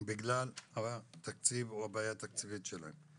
בגלל הבעיה התקציבית שלהם.